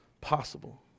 possible